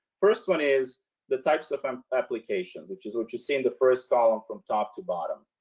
first one is the types of um applications which is what you see in the first column from top to bottom.